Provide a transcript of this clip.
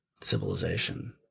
civilization